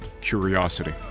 Curiosity